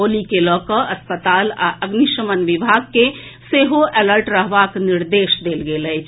होली के लऽ कऽ अस्पताल आ अग्निशमन विभाग के सेहो अलर्ट रहबाक निर्देश देल गेल अछि